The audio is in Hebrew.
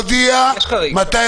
אנחנו נודיע מתי